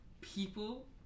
people